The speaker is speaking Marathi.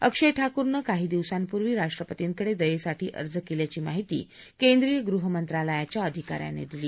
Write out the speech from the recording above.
अक्षय ठाकूरनं काही दिवसांपूर्वी राष्ट्रपतींकडे दयेसाठी अर्ज केल्याघी माहिती केंद्रीय गृहमंत्रालयाच्या अधिकाऱ्यांनी दिली